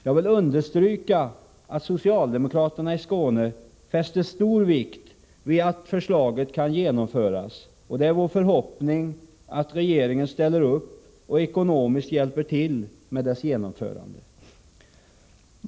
Jag vill understryka att socialdemokraterna i Skåne fäster stor vikt vid att förslaget kan genomföras, och det är vår förhoppning att regeringen ställer upp och ekonomiskt hjälper till med dess genomförande.